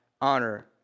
honor